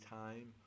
time